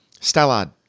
Stallard